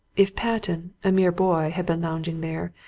if patten, a mere boy, had been lounging there,